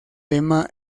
tema